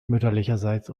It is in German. mütterlicherseits